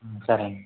సరే అండీ